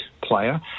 player